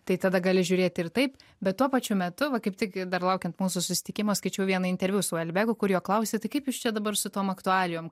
tai tada gali žiūrėti ir taip bet tuo pačiu metu va kaip tik dar laukiant mūsų susitikimo skaičiau vieną interviu su uobeku kur jo klausi kaip jūs čia dabar su tom aktualijom